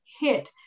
hit